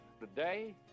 Today